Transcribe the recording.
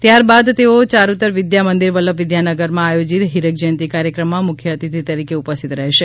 ત્યારબાદ તેઓ યારૂતર વિદ્યામંદિર વલ્લભ વિદ્યાનગરમાં આયોજિત ઠ્ઠીરક જયંતિ કાર્યક્રમમાં મુખ્ય અતિથિ તરીકે ઉપસ્થિત રહેશે